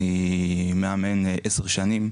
אני מאמן כ-10 שנים,